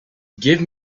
give